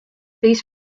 these